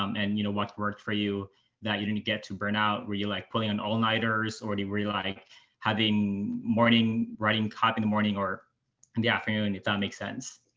um and you know, what's worked for you that you didn't get to burnout where you like pulling and all nighters already, really like having morning writing copy in the morning or in the afternoon, if that makes sense.